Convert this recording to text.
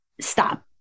stop